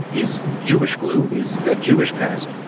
is jewish glue, is that jewish past,